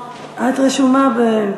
את רשומה.